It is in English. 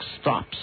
stops